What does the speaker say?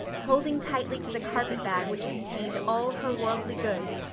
holding tightly to the carpet-bag which contained all her worldly goods,